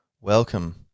welcome